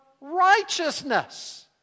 righteousness